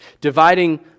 Dividing